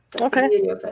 Okay